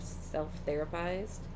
self-therapized